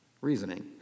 reasoning